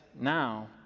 now